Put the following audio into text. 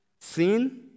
sin